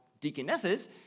deaconesses